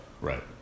Right